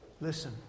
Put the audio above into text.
Listen